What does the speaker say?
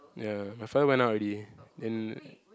ya my father went out already then